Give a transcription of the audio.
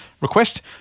request